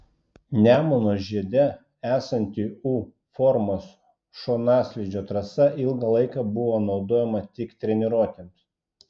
nemuno žiede esanti u formos šonaslydžio trasa ilgą laiką buvo naudojama tik treniruotėms